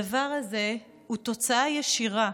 הדבר הזה הוא תוצאה ישירה